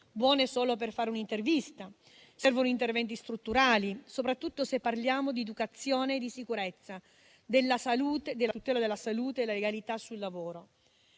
buone solo per fare un'intervista; servono interventi strutturali, soprattutto se parliamo di educazione e di sicurezza, della tutela della salute e della legalità sul lavoro.